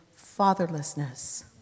fatherlessness